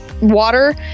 water